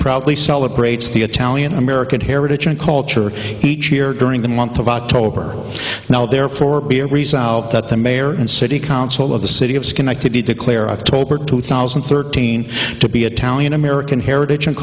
probably celebrates the italian american heritage and culture each year during the month of october now therefore that the mayor and city council of the city of schenectady declare october two thousand and thirteen to be a talent american heritage and